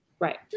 right